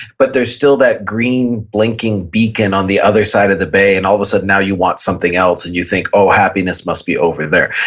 but there's still that green blinking beacon on the other side of the bay and all of a sudden now you want something else and you think, oh, happiness must be over there.